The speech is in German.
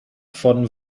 von